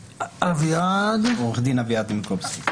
עורך הדין אביעד נימקובסקי.